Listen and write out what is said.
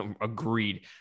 Agreed